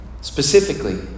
Specifically